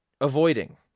avoiding